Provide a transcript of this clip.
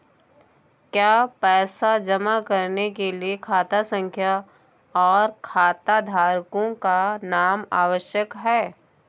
क्या पैसा जमा करने के लिए खाता संख्या और खाताधारकों का नाम आवश्यक है?